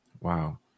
Wow